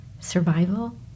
survival